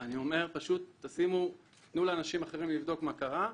פשוט תנו לאנשים אחרים לבדוק מה קרה,